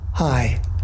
Hi